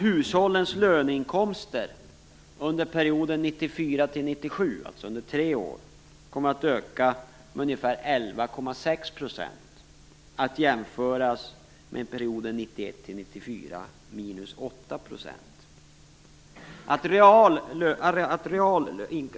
Hushållens löneinkomster under perioden 1994-1997, alltså under tre år, kommer att öka med ungefär 11,6 %, att jämföras med perioden 1991-1994 då det var minus 8 %.